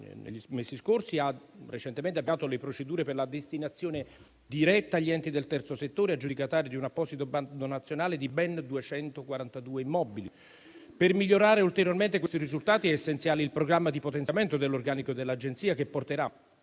l'Agenzia ha recentemente avviato le procedure per la destinazione diretta agli enti del terzo settore aggiudicatari di un apposito bando nazionale di ben 242 immobili. Per migliorare ulteriormente questi risultati è essenziale il programma di potenziamento dell'organico dell'Agenzia, che porterà